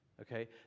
okay